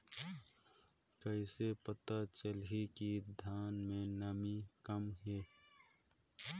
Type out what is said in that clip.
कइसे पता चलही कि धान मे नमी कम हे?